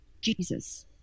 Jesus